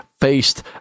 faced